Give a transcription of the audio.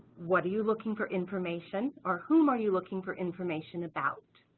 what are you looking for information or whom are you looking for information about?